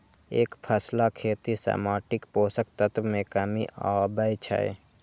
एकफसला खेती सं माटिक पोषक तत्व मे कमी आबै छै